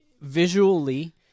visually